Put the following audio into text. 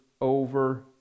over